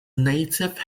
native